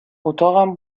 اتاقم